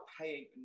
paying